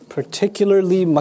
particularly